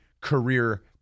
career